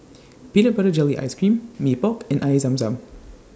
Peanut Butter Jelly Ice Cream Mee Pok and Air Zam Zam